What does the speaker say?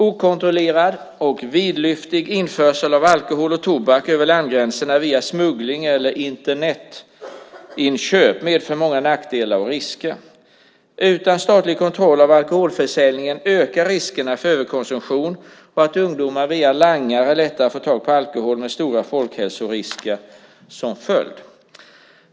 Okontrollerad och vidlyftig införsel av alkohol och tobak över landgränser via smuggling eller Internetinköp medför många nackdelar och risker. Utan statlig kontroll av alkoholförsäljningen ökar riskerna för överkonsumtion och för att ungdomar via langare lättare får tag i alkohol, med stora folkhälsorisker som följd.